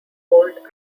old